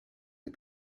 les